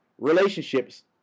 relationships